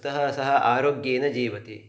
ततः सः आरोग्येन जीवति